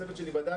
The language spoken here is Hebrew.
הצוות שלי בדק,